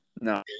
No